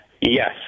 Yes